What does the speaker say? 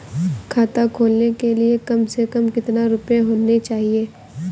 खाता खोलने के लिए कम से कम कितना रूपए होने चाहिए?